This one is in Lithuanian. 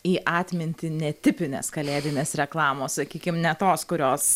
į atmintį netipinės kalėdinės reklamos sakykim ne tos kurios